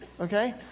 okay